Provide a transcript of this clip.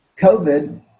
COVID